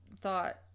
thought